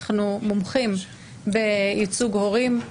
אנחנו מומחים בייצוג הורים,